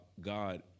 God